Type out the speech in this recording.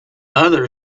other